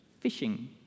Fishing